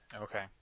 Okay